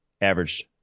averaged